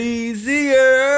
easier